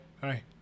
hi